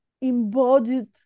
embodied